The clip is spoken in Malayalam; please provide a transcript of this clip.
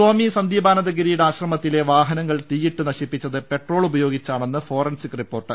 സ്വാമി സന്ദീപാനന്ദഗിരിയുടെ ആശ്രമത്തിലെ വാഹനങ്ങൾ തീയിട്ട് നശിപ്പിച്ചത് പെട്രോളുപയോഗിച്ചാണെന്ന് ഫോറൻസിക് റിപ്പോർട്ട്